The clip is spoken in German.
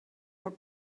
vor